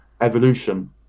evolution